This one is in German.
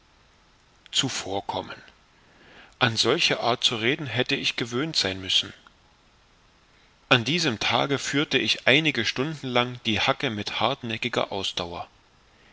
zuvorkommen an solche art zu reden hätte ich gewöhnt sein müssen an diesem tage führte ich einige stunden lang die hacke mit hartnäckiger ausdauer